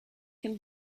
can